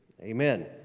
amen